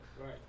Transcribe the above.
Right